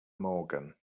morgan